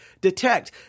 detect